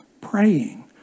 praying